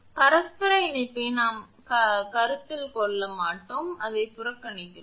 எனவே பரஸ்பர இணைப்பை நாங்கள் கருத்தில் கொள்ள மாட்டோம் நாங்கள் அதை புறக்கணிக்கிறோம்